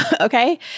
okay